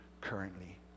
currently